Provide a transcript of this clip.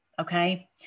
okay